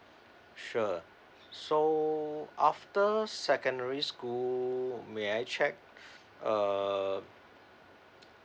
sure so after secondary school may I check uh